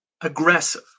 aggressive